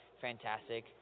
fantastic